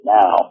now